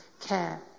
care